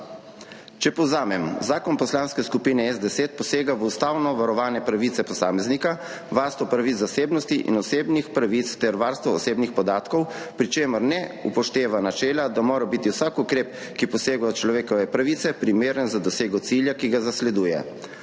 Če povzamem. Zakon Poslanske skupine SDS posega v ustavno varovane pravice posameznika, varstvo pravic zasebnosti in osebnih pravic ter varstvo osebnih podatkov, pri čemer ne upošteva načela, da mora biti vsak ukrep, ki posega v človekove pravice, primeren za dosego cilja, ki ga zasleduje.